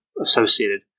associated